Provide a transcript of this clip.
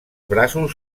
braços